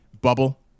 bubble